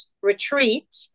retreat